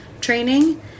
training